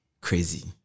crazy